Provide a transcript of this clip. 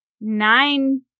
Nine